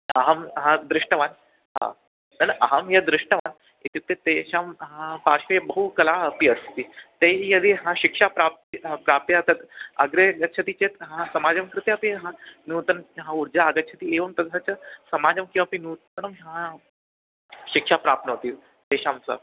अहं हा दृष्टवान् हा न न अहं यद् दृष्टवान् इत्युक्ते तेषां पार्श्वे बहु कला अपि अस्ति ताभिः यदि हा शिक्षा प्राप्य हा प्राप्य तद् अग्रे गच्छति चेत् हा समाजस्य कृते अपि हा नूतना या ऊर्जा आगच्छति एवं तथा च समाजं किमपि नूतनां हां शिक्षा प्राप्नोति तेषां सः